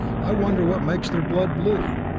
i wonder what makes their blood blue?